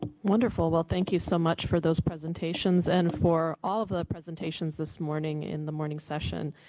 wonderful. well, thank you so much for those presentations, and for all of the presentations this morning in the morning session.